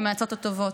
הן העצות הטובות.